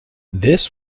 this